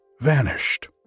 vanished